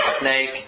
snake